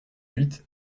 huit